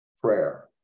prayer